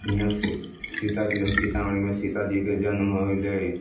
इहाँ से सीताजी सीतामढ़ीमे सीताजीके जन्म होलै